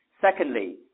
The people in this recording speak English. Secondly